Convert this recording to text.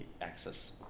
Access